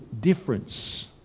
difference